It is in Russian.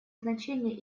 значение